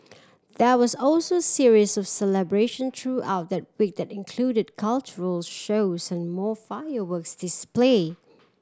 there was also series of celebration throughout the week that included cultural shows and more fireworks display